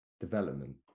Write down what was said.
development